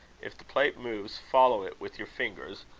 if the plate moves, follow it with your fingers,